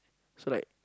so like